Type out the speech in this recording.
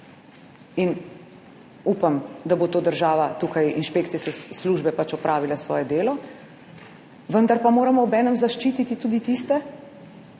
in upam, da bodo tukaj država in inšpekcijske službe opravile svoje delo, vendar pa moramo obenem zaščititi tudi tiste,